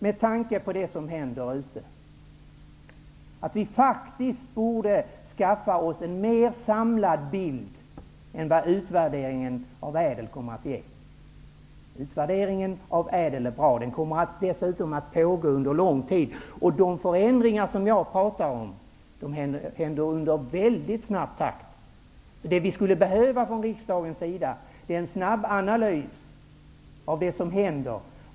Med tanke på det som händer ute i samhället borde vi skaffa oss en mer samlad bild än vad utvärderingen av ÄDEL kommer att ge. Utvärderingen av ÄDEL är bra. Den kommer dessutom att pågå under lång tid. De förändringar som jag talar om sker i mycket snabb takt. Det riksdagen skulle behöva är en snabbanalys av det som händer.